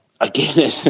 again